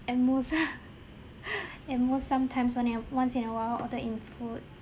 and most and most sometimes only a once in a while order in food